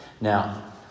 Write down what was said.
Now